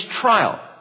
trial